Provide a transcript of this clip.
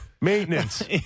Maintenance